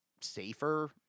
safer